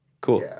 cool